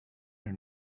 your